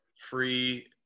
free